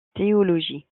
théologie